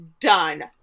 done